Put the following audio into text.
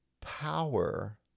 Power